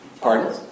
Pardon